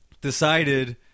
decided